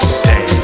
stay